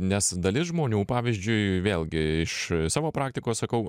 nes dalis žmonių pavyzdžiui vėlgi iš savo praktikos sakau